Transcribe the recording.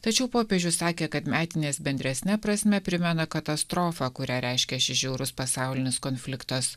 tačiau popiežius sakė kad metinės bendresne prasme primena katastrofą kurią reiškia šis žiaurus pasaulinis konfliktas